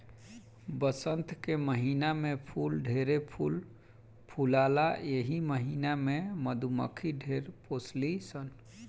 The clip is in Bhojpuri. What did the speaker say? वसंत के महिना में फूल ढेरे फूल फुलाला एही महिना में मधुमक्खी ढेर पोसली सन